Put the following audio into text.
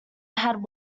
had